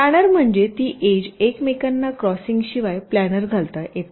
planar म्हणजे ती edge एकमेकांना क्रॉसिंगशिवाय प्लानर घालता येते